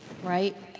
right?